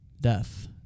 death